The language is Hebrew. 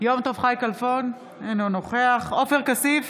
יום טוב חי כלפון, אינו נוכח עופר כסיף,